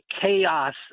chaos